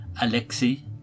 Alexei